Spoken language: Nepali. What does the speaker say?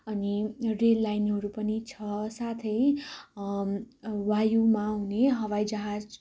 अनि रेललाइनहरू पनि छ साथै वायुमा हुने हवाईजहाज